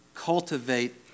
Cultivate